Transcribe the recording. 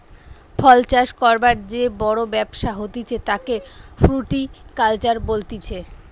ফল চাষ করবার যে বড় ব্যবসা হতিছে তাকে ফ্রুটিকালচার বলতিছে